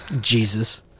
Jesus